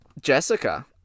Jessica